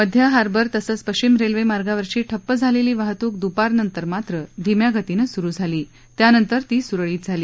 मध्य हार्बर तसंच पश्चिम रेल्वेमार्गावरची ठप्प झालेली वाहतूक दुपारनंतर मात्र धीम्या गतीनं सुरु झाली त्यानंतर ती सुरळीत झाली